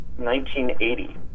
1980